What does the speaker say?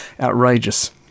outrageous